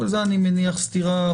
אני מניח שזה סתירה,